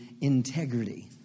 integrity